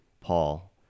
paul